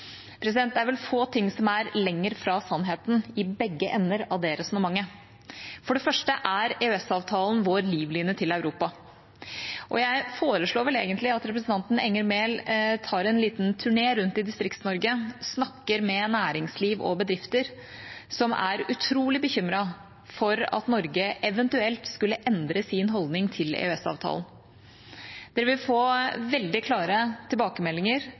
Det er vel få ting som er lenger fra sannheten i begge ender av det resonnementet. For det første er EØS-avtalen vår livlinje til Europa. Jeg foreslår vel egentlig at representanten Enger Mehl tar en liten turné rundt i Distrikts-Norge og snakker med næringsliv og bedrifter, som er utrolig bekymret for at Norge eventuelt skulle endre sin holdning til EØS-avtalen. Man vil få veldig klare tilbakemeldinger